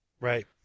Right